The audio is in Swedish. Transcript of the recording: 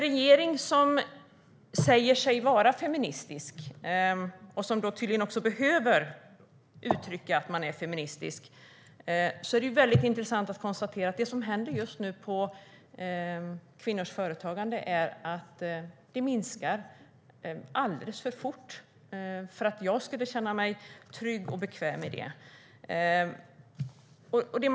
Regeringen säger sig vara feministisk och behöver tydligen uttrycka att den är det. Då är det intressant att konstatera att det som händer just nu är att kvinnors företagande minskar alldeles för fort för att jag ska känna mig trygg och bekväm med det.